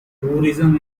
tourism